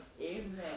Amen